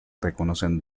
reconocen